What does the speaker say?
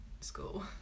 school